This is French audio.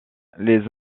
les